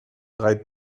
drei